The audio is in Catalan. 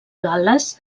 gal·les